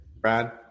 Brad